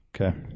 Okay